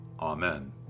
Amen